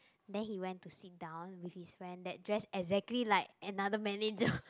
then he went to sit down with his friend that dress exactly like another manager